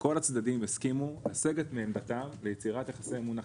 שכל הצדדים יסכימו --- ויצירת יחסי אמון אחרים.